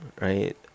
right